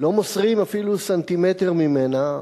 לא מוסרים אפילו סנטימטר ממנה,